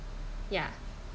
ya